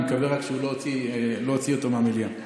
אני רק מקווה שהוא לא הוציא אותו מהמליאה.